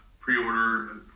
pre-order